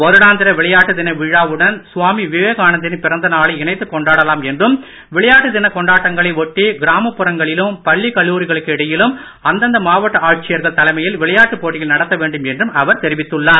வருடாந்திர விளையாட்டு தின விழாவுடன் சுவாமி விவேகானந்தரின் பிறந்த நாளை இணைத்துக் கொண்டாடலாம் என்றும் விளையாட்டு தினக் கொண்டாட்டங்களை ஒட்டி கிராமப்புறங்களிலும் பள்ளி கல்லூரிகளுக்கு இடையிலும் அந்தந்த மாவட்ட ஆட்சியர்கள் தலைமையில் விளையாட்டுப் போட்டிகளை நடத்த வேண்டும் என்றும் அவர் தெரிவித்துள்ளார்